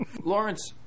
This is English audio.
Lawrence